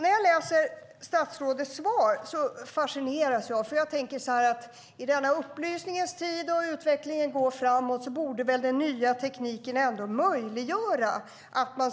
När jag läser statsrådets svar fascineras jag, för jag tänker att i denna upplysningens tid och när utvecklingen går framåt borde väl den nya tekniken ändå möjliggöra att man